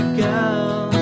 girl